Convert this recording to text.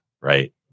Right